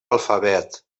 alfabet